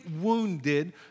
wounded